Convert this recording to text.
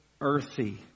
earthy